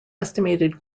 estimated